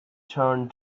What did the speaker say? turned